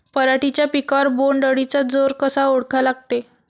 पराटीच्या पिकावर बोण्ड अळीचा जोर कसा ओळखा लागते?